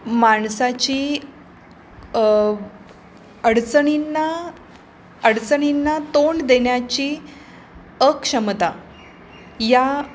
माणसाची अडचणींना अडचणींना तोंड देण्याची अक्षमता या